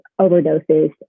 overdoses